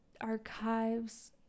archives